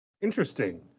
Interesting